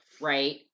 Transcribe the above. right